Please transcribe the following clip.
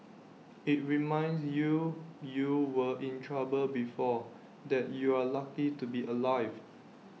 IT reminds you you were in trouble before that you're lucky to be alive